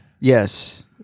Yes